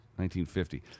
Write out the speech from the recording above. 1950